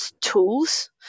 tools